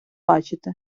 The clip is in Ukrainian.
бачити